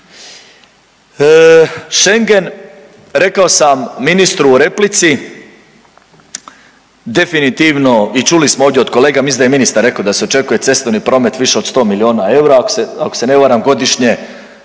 Schengen rekao sam ministru u replici definitivno i čuli smo ovdje od kolega. Mislim da je ministar rekao da se očekuje cestovni promet više od sto milijuna eura ako se ne varam godišnje.